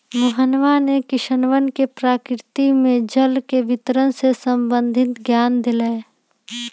मोहनवा ने किसनवन के प्रकृति में जल के वितरण से संबंधित ज्ञान देलय